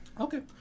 Okay